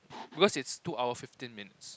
because it's two hour fifteen minutes